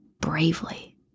bravely